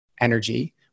energy